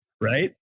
Right